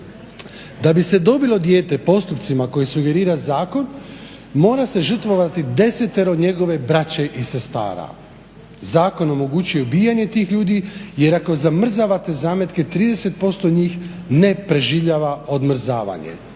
Da bi se dobilo dijete postupcima koji sugerira zakon mora se žrtvovati desetero njegove braće i sestara. Zakon omogućuje ubijanje tih ljudi jer ako zamrzavate zametke 30% njih ne preživljava odmrzavanje.